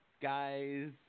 guys